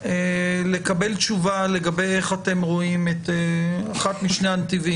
לקבל תשובה לגבי איך אתם רואים את אחד משני הנתיבים,